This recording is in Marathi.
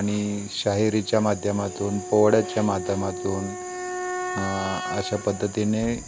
आणि शाहिरीच्या माध्यमातून पोवड्याच्या माध्यमातून अशा पद्धतीने